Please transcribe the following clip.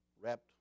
wrapped